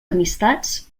amistats